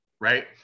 Right